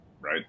Right